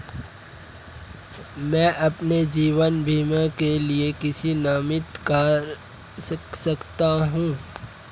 मैं अपने जीवन बीमा के लिए किसे नामित कर सकता हूं?